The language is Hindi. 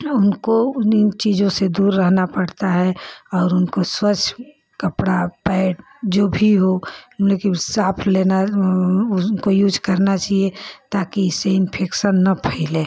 उनको उन चीज़ों से दूर रहना पड़ता है और उनको स्वच्छ कपड़ा पैड जो भी हो लेकिन साफ लेना यूज करना चहिए ताकि इससे इन्फेकशन न फैले